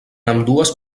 ambdues